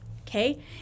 okay